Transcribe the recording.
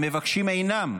המבקשים אינם,